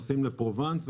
נוסעים לפרובנס,